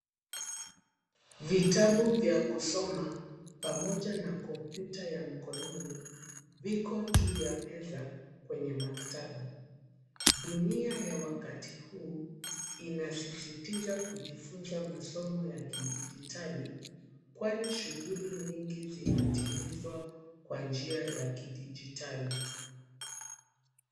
Vitabu vya kusoma pamoja na kompyuta ya mkononi, viko juu ya meza kwenye maktaba. Dunia ya wakati huu inasisitiza kujifunza masomo ya kidijitali , kwani shughuli nyingi zinatimizwa kwa njia ya kidijitali.